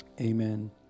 amen